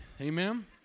Amen